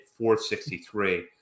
463